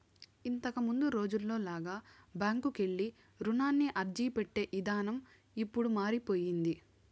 ఇంతకముందు రోజుల్లో లాగా బ్యాంకుకెళ్ళి రుణానికి అర్జీపెట్టే ఇదానం ఇప్పుడు మారిపొయ్యింది